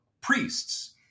priests